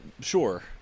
sure